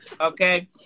okay